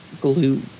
glue